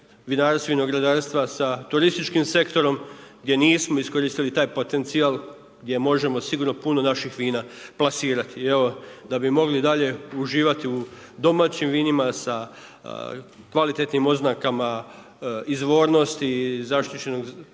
vinarstva i vinogradarstva sa turističkim sektorom gdje nismo iskoristili taj potencijal gdje možemo sigurno puno naših vina plasirati. I evo, da bi mogli dalje uživati u domaćim vinima sa kvalitetnim oznakama izvornosti i zaštićenog porijekla